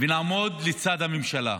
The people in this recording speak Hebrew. ונעמוד לצד הממשלה.